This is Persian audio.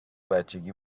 بچگی